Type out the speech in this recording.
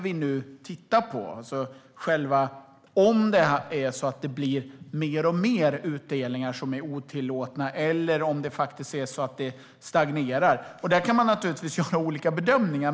Vi tittar på om det blir fler och fler otillåtna utdelningar eller om det stagnerar. Här kan man naturligtvis göra olika bedömningar.